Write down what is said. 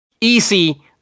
easy